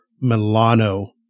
Milano